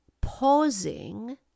pausing